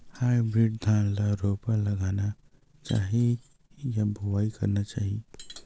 Hybrid धान ल रोपा लगाना चाही या बोआई करना चाही?